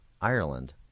Ireland